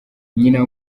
nyina